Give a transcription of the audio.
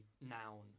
noun